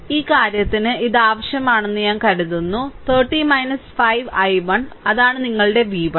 ഈ കാര്യത്തിന് ഇത് ആവശ്യമാണെന്ന് ഞാൻ കരുതുന്നു 30 5 i1 അതാണ് നിങ്ങളുടെ v1